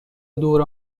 دوره